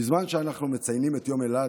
בזמן שאנחנו מציינים את יום אילת,